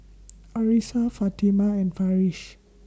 Arissa Fatimah and Farish